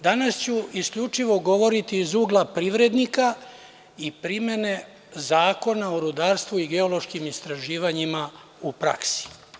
Danas ću isključivo govoriti iz ugla privrednika i primene Zakona o rudarstvu i geološkim istraživanjima u praksi.